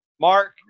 Mark